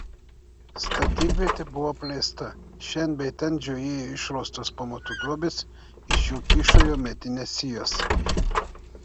statybvietė buvo apleista šen bei ten žiojėjo išraustos pamatų duobės iš jų kyšojo medinės sijos